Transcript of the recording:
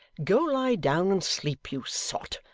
go lie down and sleep, you sot,